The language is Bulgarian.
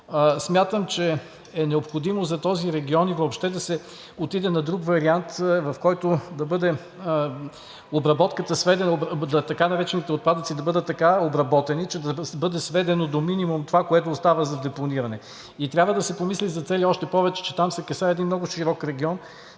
Смятам, че е необходимо за този регион и въобще да се отиде на друг вариант, в който така наречените отпадъци да бъдат така обработени, че да бъде сведено до минимум това, което остава за депониране. И трябва да се помисли за целия, още повече, че там се касае за един много широк регион,